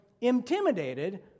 intimidated